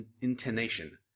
intonation